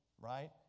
right